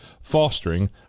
Fostering